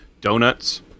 donuts